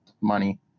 money